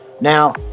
Now